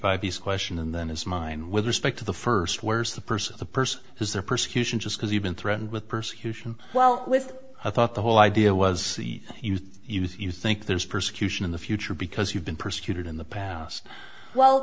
by these question and then his mind with respect to the first where's the person the person has the persecution just because you've been threatened with persecution well with i thought the whole idea was used you think there's persecution in the future because you've been persecuted in the past well